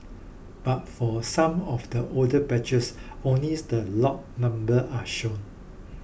but for some of the older batches only the lot numbers are shown